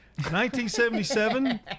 1977